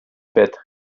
fett